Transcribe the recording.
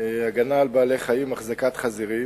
(הגנה על בעלי-חיים, החזקת חזירים)